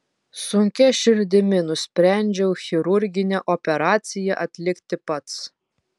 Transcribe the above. sunkia širdimi nusprendžiau chirurginę operaciją atlikti pats